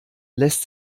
lässt